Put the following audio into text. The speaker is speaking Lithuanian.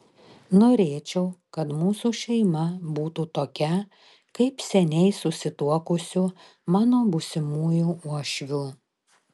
norėčiau kad mūsų šeima būtų tokia kaip seniai susituokusių mano būsimųjų uošvių